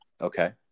Okay